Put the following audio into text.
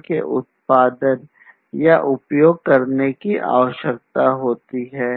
के उत्पादन या उपयोग करने की आवश्यकता होती है